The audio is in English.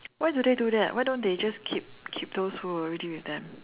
why do they do that why don't they just keep keep those who were already with them